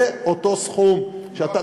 זה אותו סכום שאתה,